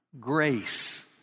Grace